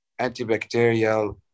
antibacterial